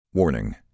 Warning